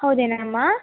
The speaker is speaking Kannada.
ಹೌದೇನಮ್ಮಾ